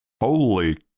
Holy